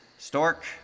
Stork